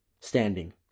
standing